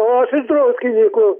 o aš iš druskinykų